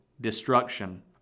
destruction